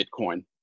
Bitcoin